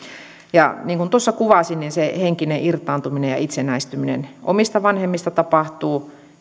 niin kuin tuossa kuvasin niin se henkinen irtaantuminen ja itsenäistyminen omista vanhemmista tapahtuu